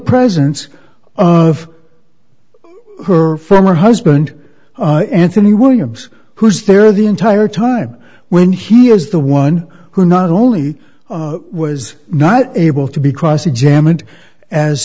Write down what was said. presence of her former husband anthony williams who's there the entire time when he is the one who not only was not able to be cross examined as